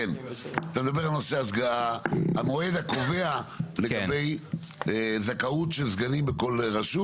אתה מדבר על נושא אז ההגעה המועד הקובע לגבי זכאות של סגנים בכל רשות.